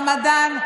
רמדאן.